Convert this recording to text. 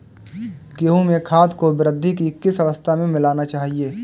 गेहूँ में खाद को वृद्धि की किस अवस्था में मिलाना चाहिए?